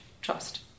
trust